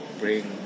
bring